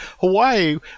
Hawaii